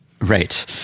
Right